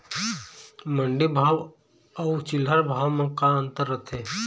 मंडी भाव अउ चिल्हर भाव म का अंतर रथे?